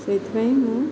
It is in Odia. ସେଇଥିପାଇଁ ମୁଁ